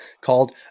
called